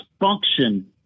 function